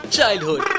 Childhood